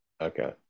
Okay